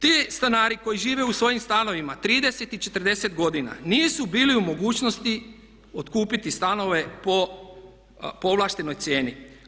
Ti stanari koji žive u svojim stanovima 30 i 40 godina nisu bili u mogućnosti otkupiti stanove po povlaštenoj cijeni.